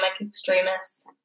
extremists